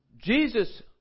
Jesus